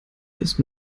ist